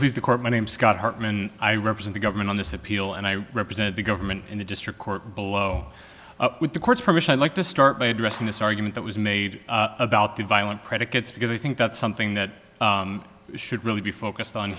please the court my name's scott hartman i represent the government on this appeal and i represent the government in the district court below with the court's permission i'd like to start by addressing this argument that was made about violent predicates because i think that's something that should really be focused on